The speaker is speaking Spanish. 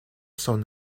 son